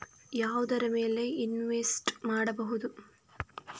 ಯಾವುದರ ಮೇಲೆ ಇನ್ವೆಸ್ಟ್ ಮಾಡಬಹುದು?